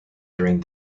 during